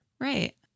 Right